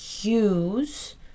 use